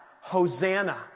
Hosanna